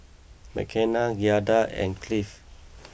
Mckenna Giada and Cliff